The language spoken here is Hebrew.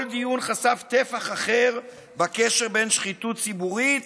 כל דיון חשף טפח אחר בקשר בין שחיתות ציבורית